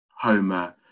Homer